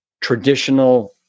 traditional